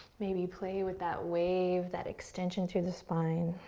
maybe play with that wave, that extension through the spine.